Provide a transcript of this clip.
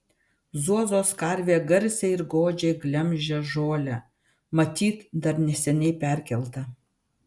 zuozos karvė garsiai ir godžiai glemžia žolę matyt dar neseniai perkelta